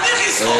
אל תלכי סחור-סחור.